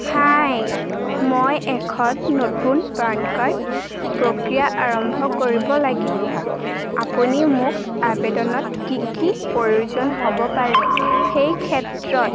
হাই মই এখন নতুন পান কাৰ্ড প্ৰক্ৰিয়া আৰম্ভ কৰিব লাগিব আপুনি মোক আবেদনত কি কি প্ৰয়োজন হ'ব পাৰে সেই ক্ষেত্ৰত